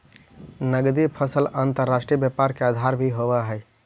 नगदी फसल अंतर्राष्ट्रीय व्यापार के आधार भी होवऽ हइ